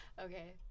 okay